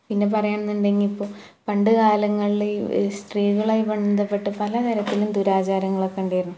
പിന്നെ പറയാണെന്നുണ്ടെങ്കിൽ ഇപ്പോൾ പണ്ടുകാലങ്ങളിൽ ഈ സ്ത്രീകളുമായി ബന്ധപ്പെട്ട് പല തരത്തിലും ദുരാചാരങ്ങളൊക്കെ ഉണ്ടായിരിന്നു